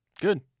Good